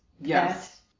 Yes